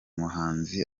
muhanzi